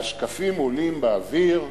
והשקפים עולים באוויר,